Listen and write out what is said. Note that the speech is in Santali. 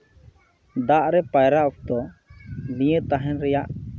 ᱫᱟᱜ ᱨᱮ ᱯᱟᱭᱨᱟᱜ ᱚᱠᱛᱚ ᱵᱤᱭᱮ ᱛᱟᱦᱮᱱ ᱨᱮᱭᱟᱜ